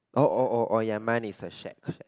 oh oh oh oh ya mine is a shack shack